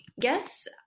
guess